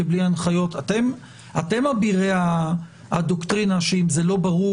כי בלי ההנחיות אתם אבירי הדוקטרינה שאם זה לא ברור